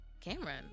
Cameron